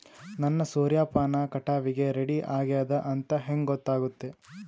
ನನ್ನ ಸೂರ್ಯಪಾನ ಕಟಾವಿಗೆ ರೆಡಿ ಆಗೇದ ಅಂತ ಹೆಂಗ ಗೊತ್ತಾಗುತ್ತೆ?